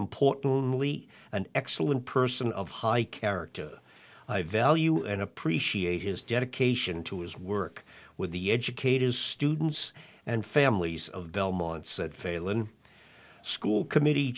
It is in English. importantly an excellent person of high character i value and appreciate his dedication to his work with the educators students and families of belmont said failon school committee